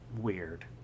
weird